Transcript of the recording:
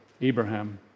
Abraham